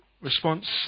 response